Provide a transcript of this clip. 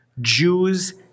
Jews